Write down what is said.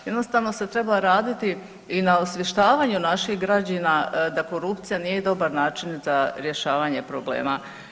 Jednostavno se treba raditi i na osvještavanju naših građana da korupcija nije dobar način za rješavanje problema.